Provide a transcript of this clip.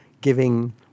giving